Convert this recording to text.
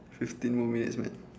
fifteen more minutes man